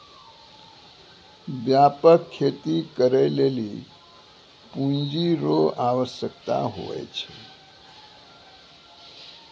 व्यापक खेती करै लेली पूँजी रो आवश्यकता हुवै छै